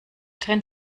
trennt